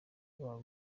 babo